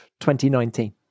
2019